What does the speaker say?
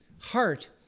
heart